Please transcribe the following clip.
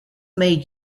made